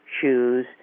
shoes